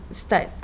start